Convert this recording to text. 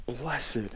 Blessed